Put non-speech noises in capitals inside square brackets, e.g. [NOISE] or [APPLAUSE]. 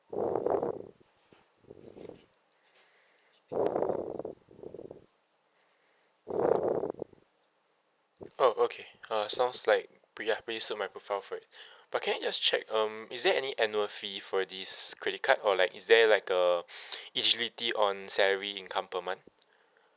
oh okay uh sounds like pre~ ya pretty suit my profile for it but can I just check um is there any annual fee for this credit card or like is there like a [BREATH] eligibility on salary income per month